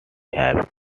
have